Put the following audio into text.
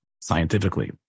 scientifically